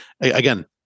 again